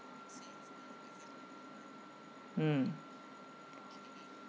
mm